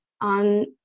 on